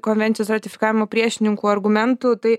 konvencijos ratifikavimo priešininkų argumentų tai